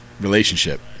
relationship